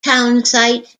townsite